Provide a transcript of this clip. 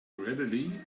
readily